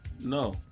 No